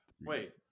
wait